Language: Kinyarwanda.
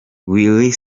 will